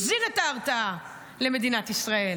החזיר את ההרתעה למדינת ישראל,